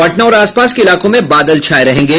पटना और आसपास के इलाकों में बादल छाये रहेंगे